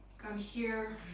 bcome here,